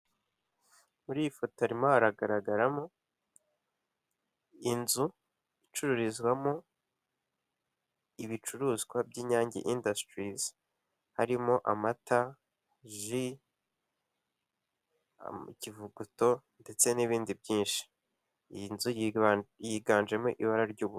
Muri iyi foto harimo haragaragaramo inzu icururizwamo ibicuruzwa by'inyange indasitirizi, harimo amata ji ikivuguto ndetse n'ibindi byinshi, iyi nzu yiganjemo ibara ry'ubururu.